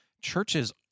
Churches